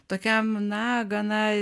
tokiam na gana